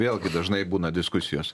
vėlgi dažnai būna diskusijos